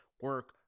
Work